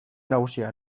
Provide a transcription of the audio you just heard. nagusia